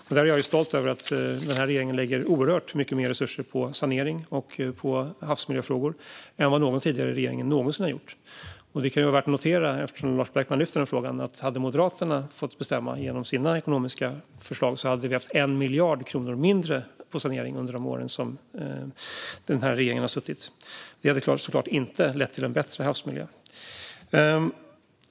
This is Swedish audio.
Jag är stolt över att den här regeringen lägger oerhört mycket mer resurser på sanering och på havsmiljöfrågor än vad någon tidigare regering någonsin har gjort. Det kan vara värt att notera, eftersom Lars Beckman lyfter frågan, att om Moderaterna hade fått bestämma genom sina ekonomiska förslag hade vi haft 1 miljard kronor mindre för sanering under de år som den här regeringen har suttit. Det hade såklart inte lett till en bättre havsmiljö.